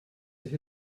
sich